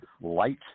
light